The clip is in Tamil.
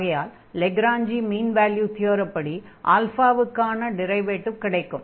ஆகையால் லக்ரான்ஜி மீண் வேல்யூ தியரப்படி க்கான டிரைவேடிவ் கிடைக்கும்